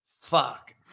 Fuck